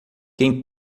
quem